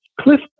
Cliff